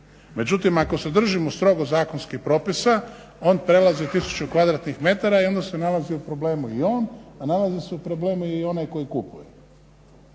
Međutim, ako se držimo strogo zakonskih propisa on prelazi 1000 kvadratnih metara i onda se nalazi u problemu i on, a nalazi se u problemu i onaj koji kupuje.